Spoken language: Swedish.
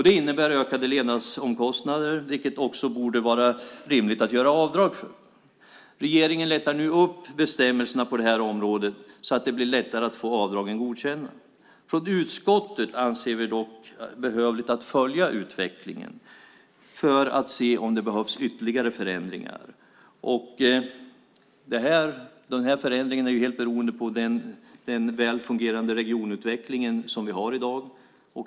Det innebär ökade levnadsomkostnader, vilket det också borde vara rimligt att kunna göra avdrag för. Regeringen lättar nu upp bestämmelserna på det här området så att det blir lättare att få avdragen godkända. Från utskottet anser vi dock att det är behövligt att följa utvecklingen för att se om det behövs ytterligare förändringar. Den här förändringen beror ju helt på den väl fungerande regionutvecklingen som vi har i dag.